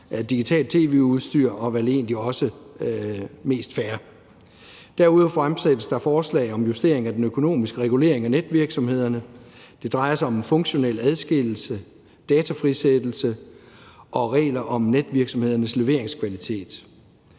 digitalt tv-udstyr, og det er vel egentlig også mest fair. Derudover fremsættes der forslag om justering af den økonomiske regulering af netvirksomhederne. Det drejer sig om en funktionel adskillelse, datafrisættelse og regler om netvirksomhedernes leveringskvalitet.